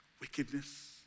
wickedness